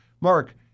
Mark